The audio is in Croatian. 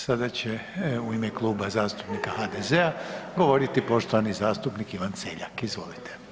Sada će u ime Kluba zastupnika HDZ-a govoriti poštovani zastupnik Ivan Celjak, izvolite.